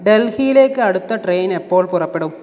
ഡൽഹിയിലേക്ക് അടുത്ത ട്രെയിൻ എപ്പോൾ പുറപ്പെടും